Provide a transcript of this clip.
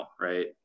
right